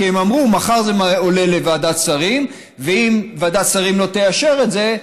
כי הם אמרו שמחר זה עולה לוועדת שרים ואם ועדת שרים לא תאשר את זה,